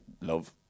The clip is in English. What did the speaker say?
love